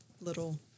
little